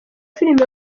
filime